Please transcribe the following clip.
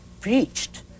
preached